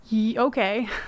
okay